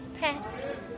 Pets